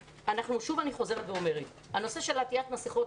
שוב אני חוזרת ואומרת הנושא של עטיית מסכות,